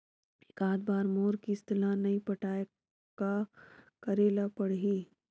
एकात बार मोर किस्त ला नई पटाय का करे ला पड़ही?